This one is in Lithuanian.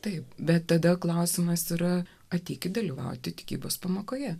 taip bet tada klausimas yra ateiti dalyvauti tikybos pamokoje